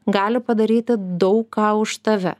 gali padaryti daug ką už tave